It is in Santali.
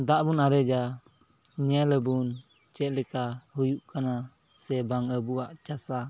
ᱫᱟᱜ ᱵᱚᱱ ᱟᱨᱮᱡᱟ ᱧᱮᱞ ᱟᱵᱚᱱ ᱪᱮᱫ ᱞᱮᱠᱟ ᱦᱩᱭᱩᱜ ᱠᱟᱱᱟ ᱥᱮ ᱵᱟᱝ ᱟᱵᱚᱣᱟᱜ ᱪᱟᱥᱟ